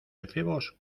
efebos